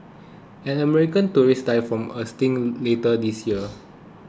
an American tourist died from a sting later this year